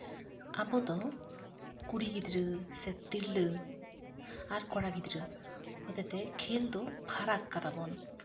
ᱟᱵᱚᱫᱚ ᱠᱩᱲᱤ ᱜᱤᱫᱽᱨᱟᱹ ᱥᱮ ᱛᱤᱨᱞᱟᱹ ᱟᱨ ᱠᱚᱲᱟ ᱜᱤᱫᱽᱨᱟᱹ ᱦᱚᱛᱮᱛᱮ ᱠᱷᱮᱞ ᱫᱚ ᱯᱷᱟᱨᱟᱠ ᱟᱠᱟᱫᱟᱵᱚᱱ